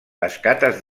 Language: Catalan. escates